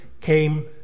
came